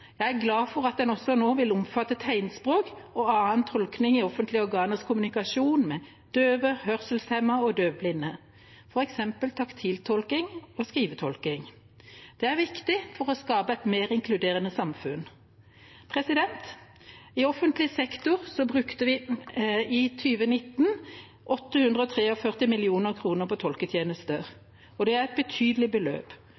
Jeg er glad for at den nå også vil omfatte tegnspråk og annen tolking i offentlige organers kommunikasjon med døve, hørselshemmede og døvblinde, f.eks. taktiltolking og skrivetolking. Det er viktig for å skape et mer inkluderende samfunn. I offentlig sektor brukte vi i 2019 843 mill. kr til tolketjenester, og det er et betydelig beløp. Mye ble brukt på